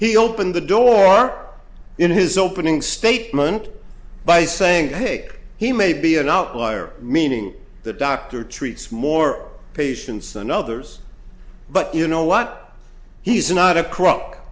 he opened the door in his opening statement by saying hey he may be an outlier meaning the doctor treats more patients than others but you know what he's not a cro